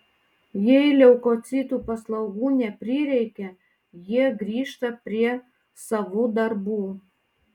jei leukocitų paslaugų neprireikia jie grįžta prie savų darbų